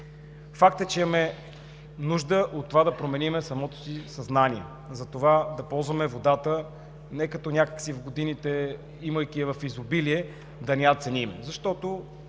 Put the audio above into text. Факт е, че имаме нужда от това да променим самото си съзнание за това да ползваме водата както някак си в годините, имайки я в изобилие, да не я ценим.